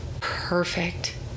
perfect